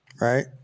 Right